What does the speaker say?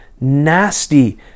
nasty